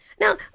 Now